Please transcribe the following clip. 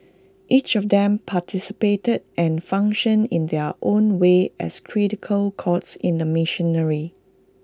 each of them participated and functioned in their own way as cogs in the machinery